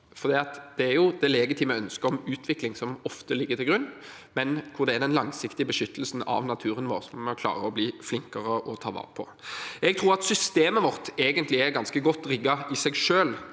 det er ofte legitime ønsker om utvikling som ligger til grunn, mens det er den langsiktige beskyttelsen av naturen vår vi må klare å bli flinkere til å ta vare på. Jeg tror systemet vårt egentlig er ganske godt rigget i seg selv.